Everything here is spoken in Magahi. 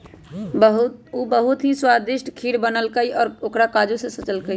उ बहुत ही स्वादिष्ट खीर बनल कई और ओकरा काजू से सजल कई